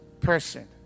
person